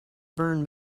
burn